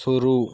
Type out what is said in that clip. शुरू